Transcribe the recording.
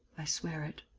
i swear it.